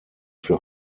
für